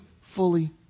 fully